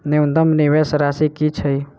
न्यूनतम निवेश राशि की छई?